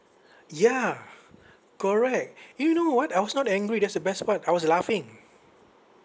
yeah correct you know what I was not angry that's the best part I was laughing